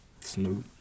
Snoop